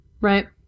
Right